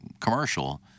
commercial